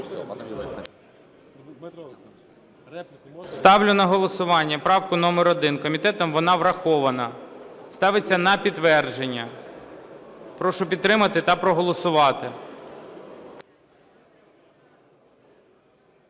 Ставлю на голосування правку номер 1. Комітетом вона врахована. Ставиться на підтвердження. Прошу підтримати та проголосувати.